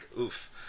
oof